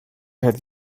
have